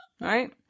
right